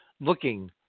looking